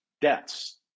deaths